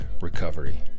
recovery